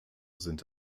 sind